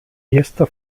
erster